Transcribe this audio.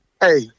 Hey